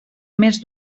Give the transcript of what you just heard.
més